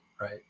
Right